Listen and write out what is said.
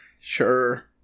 Sure